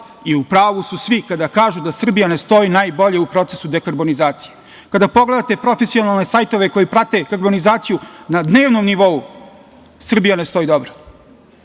i u pravu su svi kada kažu da Srbija ne stoji najbolje u procesu dekarbonizacije. Kada pogledate profesionalne sajtove koji prate karbonizaciju na dnevnom nivou Srbija ne stoji dobro.